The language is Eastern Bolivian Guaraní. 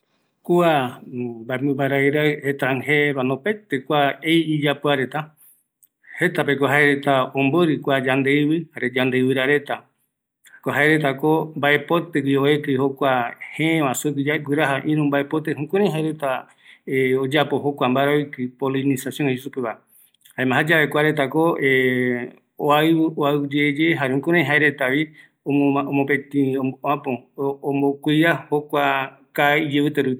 Kua mbaemɨmba raɨ raɨ, kua ei iyapoareta, jetapeko omborɨ kua yandeɨvɨ, jare yande ɨvɨrareta, jaereta mbae potɨgui oekɨ iyei, jare ojoye ïru mbaepotɨ re ogueyɨ, jukurai jaereta oyapo, jaeretako oau yeye kaa iporeta, jare iyivite rupigua